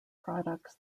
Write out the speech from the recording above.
products